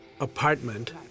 apartment